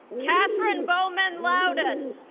catherine bowman lowdon